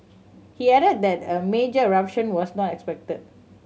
he added that a major eruption was not expected